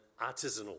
artisanal